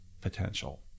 potential